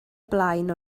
blaen